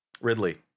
Ridley